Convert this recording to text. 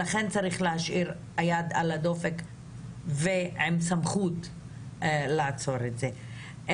להשאיר את היד על הדופק ועם סמכות לעצור את זה.